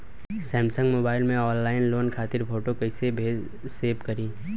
Samsung mobile में online loan खातिर photo कैसे सेभ करीं?